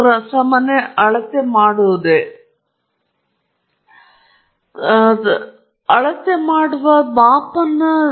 ಆದ್ದರಿಂದ ಒಂದು ವ್ಯವಸ್ಥೆಯನ್ನು ಸಿದ್ಧಪಡಿಸುವುದು ಸರಳವಾಗಿ ಅನಿಲದಿಂದ ಹೊರಬರುವ ನೀರನ್ನು ಸಂಗ್ರಹಿಸಿ ತದನಂತರ ಅಳೆಯಲು ಪ್ರತಿ ನೀರಿನೊಳಗೆ ಎಷ್ಟು ನೀರು ಬರುತ್ತಿದೆ ನಿಮಗೆ ತಿಳಿದಿದೆ ಅನಿಲದ ಪರಿಮಾಣ